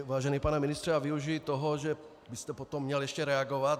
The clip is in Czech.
Vážený pane ministře, já využiji toho, že byste potom měl ještě reagovat.